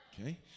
Okay